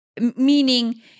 Meaning